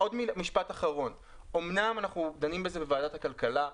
ומשפט אחרון: אמנם אנחנו דנים בזה בוועדת כלכלה,